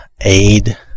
aid